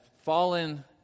fallen